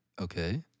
Okay